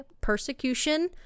persecution